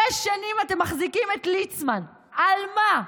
שש שנים אתם מחזיקים את ליצמן, על מה?